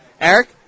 Eric